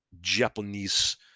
Japanese